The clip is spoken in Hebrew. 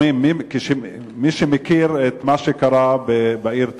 מי שמכיר את מה שקרה בעיר תמרה,